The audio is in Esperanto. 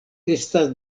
estas